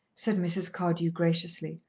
said mrs. cardew graciously.